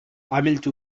عملت